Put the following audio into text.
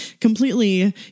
completely